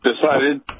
decided